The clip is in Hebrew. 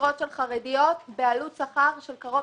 משרות של חרדיות בעלות שכר של קרוב